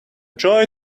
joy